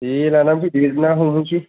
दे लानानै फैदो ना हमहैनोसै